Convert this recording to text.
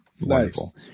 Wonderful